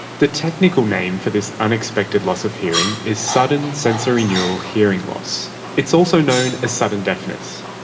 the technical name for this unexpected loss of hearing is sudden sensorineural hearing loss. it's also known as sudden deafness.